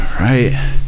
right